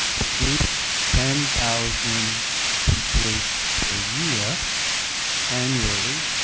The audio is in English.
produce ten thousand teachers per year annually